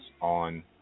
on